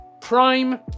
Prime